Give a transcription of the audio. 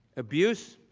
abuse,